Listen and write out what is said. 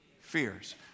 fears